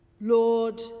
Lord